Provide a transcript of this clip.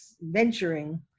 venturing